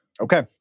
Okay